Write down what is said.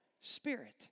spirit